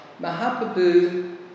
Mahaprabhu